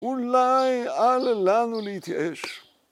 אולי אל לנו להתייאש.